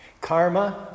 Karma